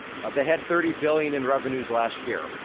they had thirty billion in revenues last year.